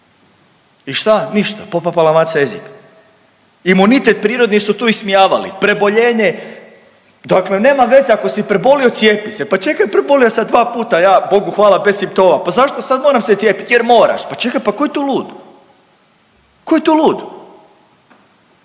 I šta, ništa, popapala maca jezik. Imunitet prirodni su tu ismijavali, preboljenje. Dakle nema veze ako si prebolio cijepi se, pa čekaj prebolio sam dva puta ja Bogu hvala bez simptoma, pa zašto sad moram se cijepit, jer moraš. Pa čekaj pa tko je tu lud, tko je tu lud?